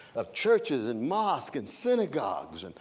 of churches and mosques and synagogues, and